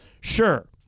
sure